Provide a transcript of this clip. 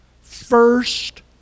First